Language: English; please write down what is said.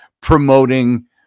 promoting